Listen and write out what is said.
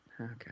Okay